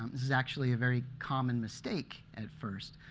um is actually a very common mistake, at first.